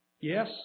Yes